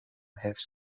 حفظ